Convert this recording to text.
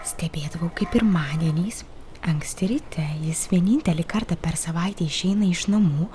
stebėdavau kaip pirmadieniais anksti ryte jis vienintelį kartą per savaitę išeina iš namų